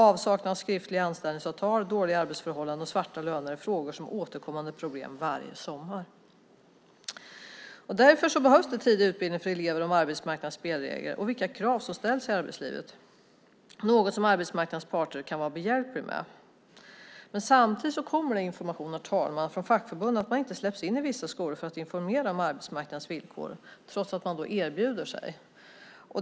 Avsaknad av skriftliga anställningsavtal, dåliga arbetsförhållanden och svarta löner är frågor som är återkommande problem varje sommar. Därför behövs det tidigt utbildning för elever om arbetsmarknadens spelregler och vilka krav som ställs i arbetslivet. Det är något som arbetsmarknadens parter kan vara behjälpliga med. Herr talman! Men samtidigt kommer det information från fackförbund att man inte släpps in i vissa skolor för att informera om arbetsmarknadens villkor trots att man erbjuder sig.